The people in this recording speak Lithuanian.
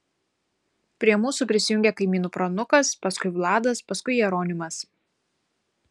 prie mūsų prisijungė kaimynų pranukas paskui vladas paskui jeronimas